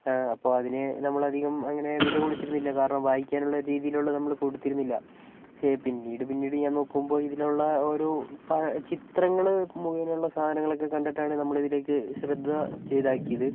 അപ്പോൾ അതിന് നമ്മൾ അധികം അങ്ങനെ വില കൊടുത്തിരുന്നില്ല കാരണം വായിക്കാനുള്ള രീതിയിലുള്ള നമ്മൾ കൊടുത്തിരുന്നില്ല പക്ഷേ പിന്നീട് പിന്നീട് ഞാൻ നോക്കുമ്പോൾ ഇതിലുള്ള ഒരു ചിത്രങ്ങ മുഖേനയുള്ള സാധനങ്ങളൊക്കെ കണ്ടിട്ടാണ് നമ്മൾ ഇതിലേയ്ക്ക് ശ്രദ്ധ ചെയ്താക്കിയത്